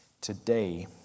today